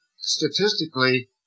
statistically